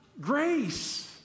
grace